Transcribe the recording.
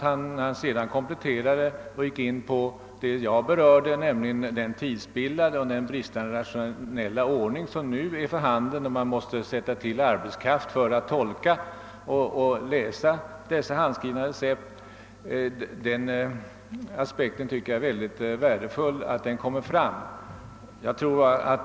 Han gick nu in på det jag berörde, nämligen den tidsspillan och den föga rationella ordning som är för handen då man måste sätta till arbetskraft för att läsa dessa handskrivna recept. Jag finner det mycket värdefullt att denna aspekt också kom fram.